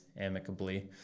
amicably